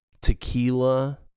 tequila